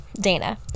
Dana